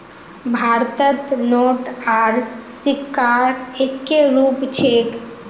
भारतत नोट आर सिक्कार एक्के रूप छेक